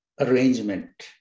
arrangement